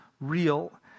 real